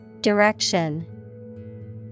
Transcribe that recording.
Direction